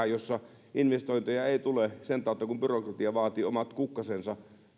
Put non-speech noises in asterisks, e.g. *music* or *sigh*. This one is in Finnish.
*unintelligible* jossa investointeja ei tule sen tautta kun byrokratia vaatii omat kukkasensa